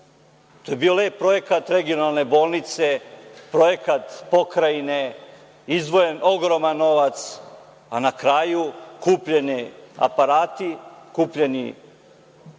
To je bio lep projekat regionalne bolnice, projekat pokrajine, izdvojen ogroman novac, a na kraju kupljeni aparati, kupljeni